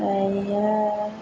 ओमफ्रायो